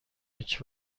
هیچ